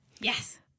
Yes